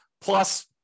plus